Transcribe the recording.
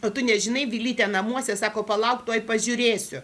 o tu nežinai vilytė namuose sako palauk tuoj pažiūrėsiu